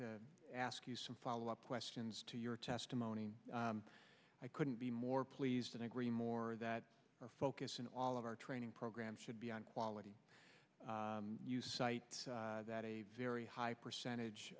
to ask you some follow up questions to your testimony i couldn't be more pleased than agree more that our focus in all of our training programs should be on quality you cite that a very high percentage